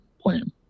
plan